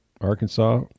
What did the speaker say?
Arkansas